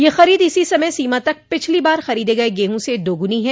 यह खरीद इसी समय सीमा तक पिछली बार खरीद गये गेहूँ से दोगुनी है